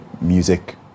music